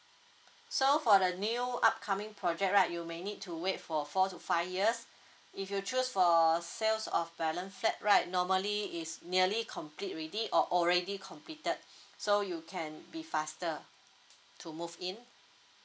so for the new upcoming project right you may need to wait for four to five years if you choose for sales of balance flat right normally is nearly complete already or already completed so you can be faster to move in